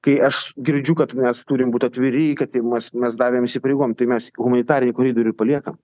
kai aš girdžiu kad mes turim būt atviri kad mes mes davėm įsipareigojom tai mes humanitarinį koridorių ir paliekam